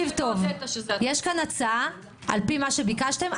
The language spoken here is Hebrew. יש פה הצעה לפי מה שביקשתם.